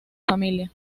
familia